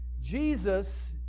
Jesus